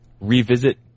revisit